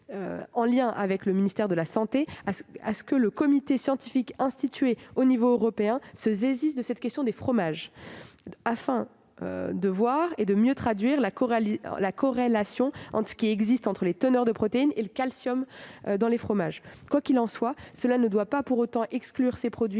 en lien avec le ministère de la santé, que le comité scientifique institué au niveau européen se saisisse de la question des fromages, afin de mieux traduire la corrélation entre les teneurs en protéines et en calcium des fromages. Quoi qu'il en soit, cela ne doit pas pour autant exclure ces produits